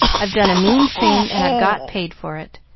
i've done a mean thing, and i've got paid for it.